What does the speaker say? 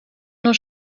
nur